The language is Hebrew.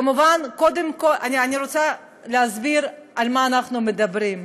כמובן, אני רוצה להסביר על מה אנחנו מדברים: